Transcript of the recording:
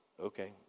okay